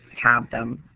have them.